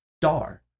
STAR